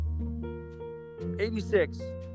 86